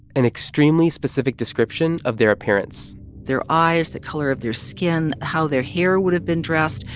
an extremely specific description of their appearance their eyes, the color of their skin, how their hair would have been dressed,